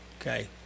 okay